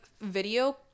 video